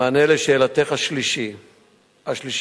במענה לשאלתך השלישית,